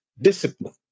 discipline